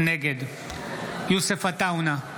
נגד יוסף עטאונה,